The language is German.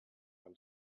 man